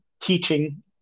teaching